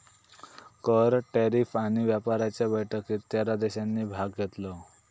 कर, टॅरीफ आणि व्यापाराच्या बैठकीत तेरा देशांनी भाग घेतलो